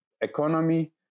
economy